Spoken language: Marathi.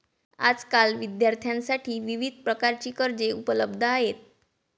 आजकाल विद्यार्थ्यांसाठी विविध प्रकारची कर्जे उपलब्ध आहेत